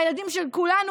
והילדים של כולנו,